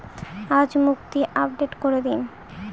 আজ মুক্তি আপডেট করে দিন